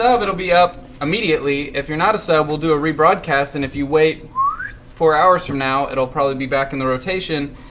ah it'll be up immediately. if you're not a sub, we'll do a rebroadcast, and if you wait four hours from now, it'll probably be back in the rotation,